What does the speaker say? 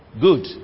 Good